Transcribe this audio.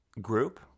group